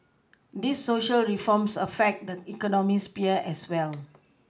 these Social reforms affect the economic sphere as well